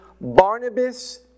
Barnabas